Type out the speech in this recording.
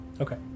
Okay